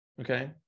Okay